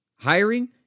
Hiring